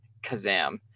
Kazam